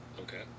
Okay